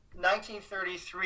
1933